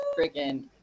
freaking